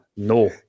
No